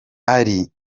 ari